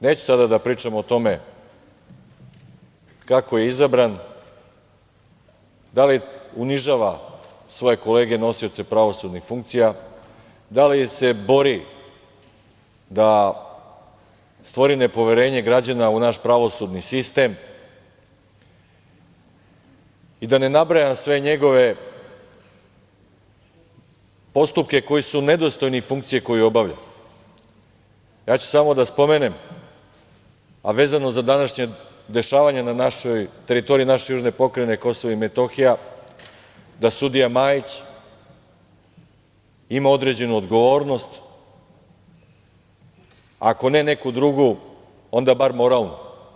Neću sada da pričam o tome kako je izabran, da li unižava svoje kolege, nosioce pravosudnih funkcije, da li se bori da stvori nepoverenje građana u naš pravosudni sistem i da ne nabrajam sve njegove postupke koji su nedostojni funkcije koju obavlja, ja ću samo da spomenem, a vezano za današnje dešavanje na teritoriji naše južne Pokrajine Kosovo i Metohije, da sudija Majić ima određenu odgovornost, ako ne neku drugu, onda bar moralnu.